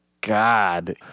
god